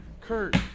Kurt